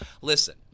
Listen